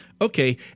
Okay